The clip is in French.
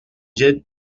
j’ai